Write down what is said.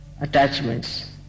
attachments